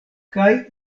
kaj